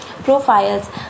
profiles